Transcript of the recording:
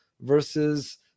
versus